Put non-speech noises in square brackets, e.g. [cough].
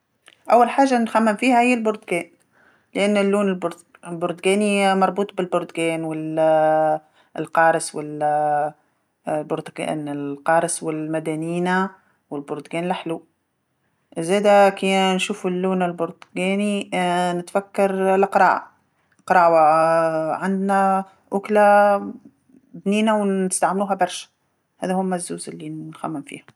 أول حاجة نخمم فيها هي البرتقان، لأن اللون البرت- البرتقاني مربوط بالبرتقان و [hesitation] القارص وال- البرتقان، [hesitation] القارص والمدنينا والبرتقان اللحلو، زاده كي نشوفو اللون البرتقاني [hesitation] نتفكر [hesitation] القراع، القراع [hesitation] عندنا أكلة بنينه ونستعملوها برشا، هادو هوما الزوز لي نخمم فيها.